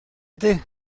ydy